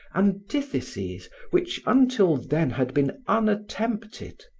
antitheses which until then had been unattempted,